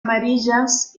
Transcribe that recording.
amarillas